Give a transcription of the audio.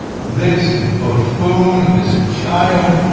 this buffoon, this child,